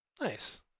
Nice